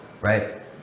right